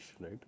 right